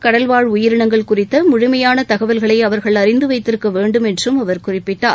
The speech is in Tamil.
கடல்வாழ் உயிரினங்கள் குறித்த முழுமையான தகவல்களை அவர்கள் அறிந்துவைத்திருக்க வேண்டும் என்றும் அவர் குறிப்பிட்டார்